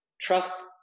trust